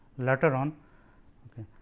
later on ok.